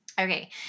Okay